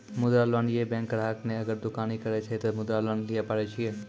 मुद्रा लोन ये बैंक ग्राहक ने अगर दुकानी करे छै ते मुद्रा लोन लिए पारे छेयै?